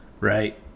Right